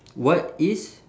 what is